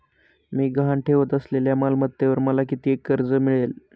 मी गहाण ठेवत असलेल्या मालमत्तेवर मला किती कर्ज मिळेल?